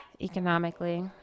economically